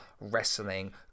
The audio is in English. wrestling